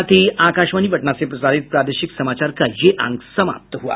इसके साथ ही आकाशवाणी पटना से प्रसारित प्रादेशिक समाचार का ये अंक समाप्त हुआ